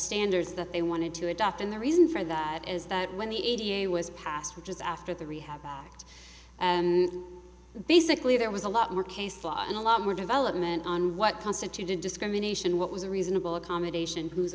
standards that they wanted to adopt and the reason for that is that when the eighty a was passed which is after the rehab act and basically there was a lot more case law and a lot more development on what constituted discrimination what was a reasonable accommodation who's